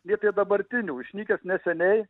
iki dabartinių išnykęs neseniai